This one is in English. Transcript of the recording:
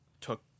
took